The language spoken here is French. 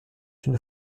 une